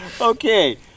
Okay